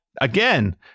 again